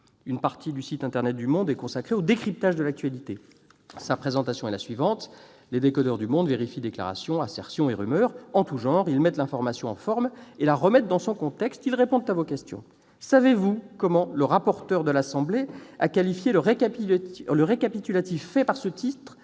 Une partie du site internet du est consacrée au décryptage de l'actualité. Il est présenté comme suit :« Les décodeurs du vérifient déclarations, assertions et rumeurs en tous genres ; ils mettent l'information en forme et la remettent dans son contexte ; ils répondent à vos questions. » Savez-vous comment le rapporteur de l'Assemblée nationale a qualifié le travail réalisé par ce site